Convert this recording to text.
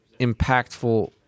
impactful